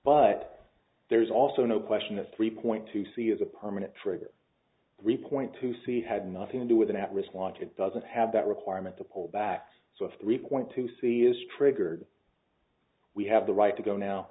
but there's also no question that three point two c is a permanent trigger three point two c had nothing to do with an at risk launch it doesn't have that requirement to pull back so if three point two c is triggered we have the right to go now